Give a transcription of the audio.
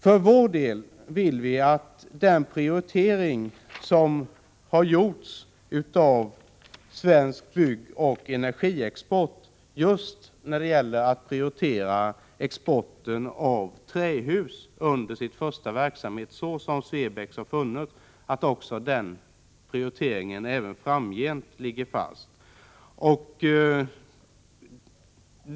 För vår del vill vi att den prioritering som Svensk byggoch energiexport har gjort när det gäller exporten av trähus under sitt första verksamhetsår skall ligga fast även framgent.